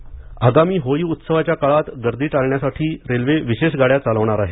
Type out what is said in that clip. railway आगामी होळी उत्सवाच्या काळात गर्दी टाळण्यासाठी रेल्वेकडून विशेष गाड्या चालवणार आहे